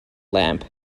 lamp